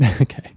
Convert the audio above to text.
Okay